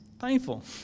painful